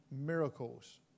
miracles